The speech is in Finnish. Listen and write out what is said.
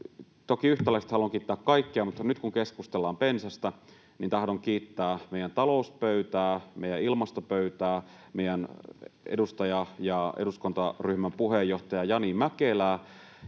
Toki yhtäläisesti haluan kiittää kaikkia, mutta nyt kun keskustellaan bensasta, tahdon kiittää meidän talouspöytää, meidän ilmastopöytää, meidän edustajaa ja eduskuntaryhmän puheenjohtajaa Jani Mäkelää,